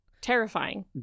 terrifying